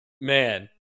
Man